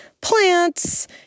plants